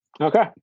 Okay